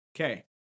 Okay